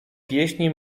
pieśni